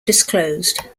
disclosed